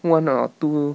one or two